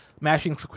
mashing